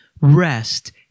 rest